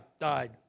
Died